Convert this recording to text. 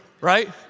right